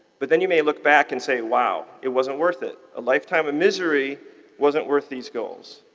but then you may look back and say wow, it wasn't worth it. a lifetime of misery wasn't worth these goals.